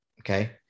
okay